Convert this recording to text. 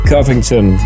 Covington